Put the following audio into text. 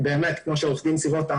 כמו שאמר עו"ד סירוטה,